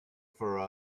for